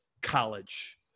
college